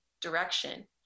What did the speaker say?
direction